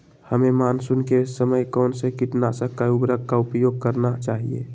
हमें मानसून के समय कौन से किटनाशक या उर्वरक का उपयोग करना चाहिए?